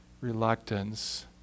reluctance